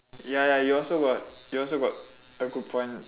ya ya you also got you also got a good point